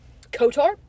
Kotar